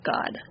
God